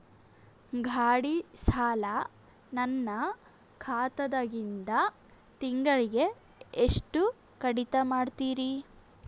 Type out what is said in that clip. ಗಾಢಿ ಸಾಲ ನನ್ನ ಖಾತಾದಾಗಿಂದ ತಿಂಗಳಿಗೆ ಎಷ್ಟು ಕಡಿತ ಮಾಡ್ತಿರಿ?